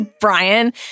Brian